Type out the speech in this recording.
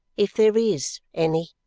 if there is any.